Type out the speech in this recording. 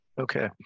Okay